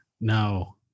No